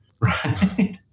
right